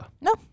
No